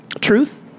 truth